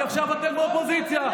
כי עכשיו אתם באופוזיציה.